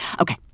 Okay